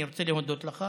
אני רוצה להודות לך